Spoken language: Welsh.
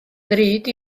ddrud